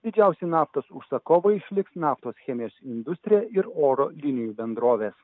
didžiausi naftos užsakovai išliks naftos chemijos industrija ir oro linijų bendrovės